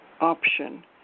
option